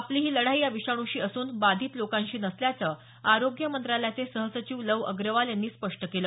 आपली ही लढाई या विषाणूशी असून बाधित लोकांशी नसल्याचं आरोग्य मंत्रालयाचे सहसचिव लव अग्रवाल यांनी स्पष्ट केलं